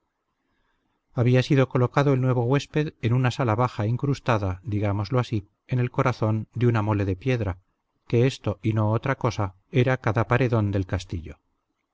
había sido colocado el nuevo huésped en una sala baja incrustada digámoslo así en el corazón de una mole de piedra que esto y no otra cosa era cada paredón del castillo